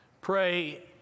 Pray